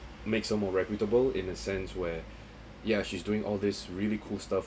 makes her more reputable in a sense where yeah she's doing all these really cool stuff